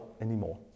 anymore